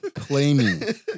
Claiming